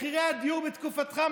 מחירי הדיור בתקופתך,